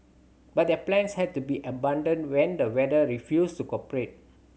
but their plans had to be abandoned when the weather refused to cooperate